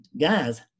guys